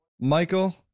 Michael